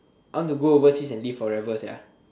I want to go overseas and live forever sia